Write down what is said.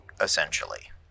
essentially